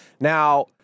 Now